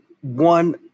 one